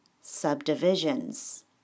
subdivisions